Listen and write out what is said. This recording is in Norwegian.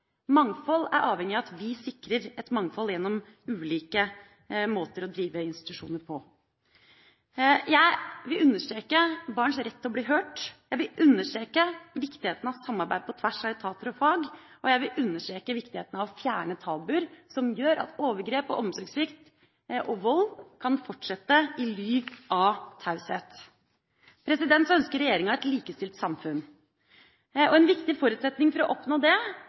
Mangfold er avhengig av at vi sørger for mange ulike måter å drive institusjoner på. Jeg vil understreke barns rett til å bli hørt. Jeg vil understreke viktigheten av samarbeid på tvers av etater og fag, og jeg vil understreke viktigheten av å fjerne tabuer som gjør at overgrep, omsorgssvikt og vold kan fortsette i ly av taushet. Regjeringa ønsker et likestilt samfunn. En viktig forutsetning for å oppnå det